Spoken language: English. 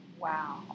Wow